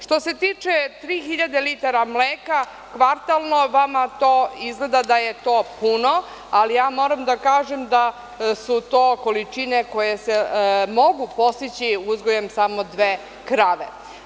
Što se tiče 3000 litara mleka, kvartalno vama to izgleda da je to puno, ali ja moram da kažem da su to količine koje se mogu postići uzgojem samo dve krave.